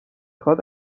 خواد